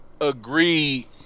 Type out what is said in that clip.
agree